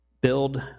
build